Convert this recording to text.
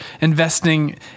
investing